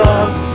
Love